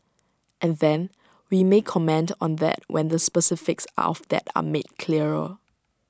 and then we may comment on that when the specifics of that are made clearer